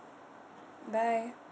bye